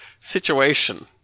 situation